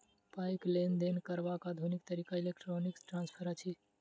पाइक लेन देन करबाक आधुनिक तरीका इलेक्ट्रौनिक ट्रांस्फर अछि